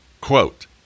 quote